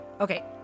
Okay